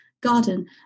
garden